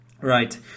right